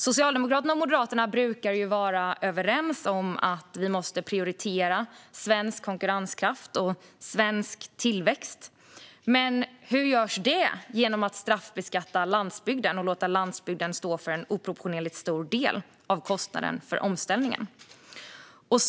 Socialdemokraterna och Moderaterna brukar ju vara överens om att vi måste prioritera svensk konkurrenskraft och svensk tillväxt, men hur görs detta genom att straffbeskatta landsbygden och låta landsbygden stå för en oproportionerligt stor del av kostnaden för omställningen?